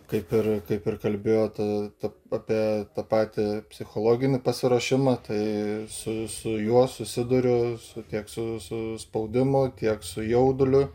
kaip ir kaip ir kalbėjot a ta apie tą patį psichologinį pasiruošimą tai su su juo susiduriu su tiek su su spaudimu tiek su jauduliu